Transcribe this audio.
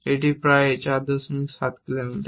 এটি প্রায় 47 কিলোমিটার